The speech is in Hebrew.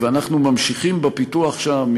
ואנחנו ממשיכים בפיתוח שם.